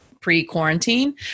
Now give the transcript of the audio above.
pre-quarantine